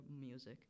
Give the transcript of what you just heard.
music